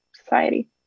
society